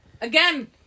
Again